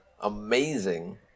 amazing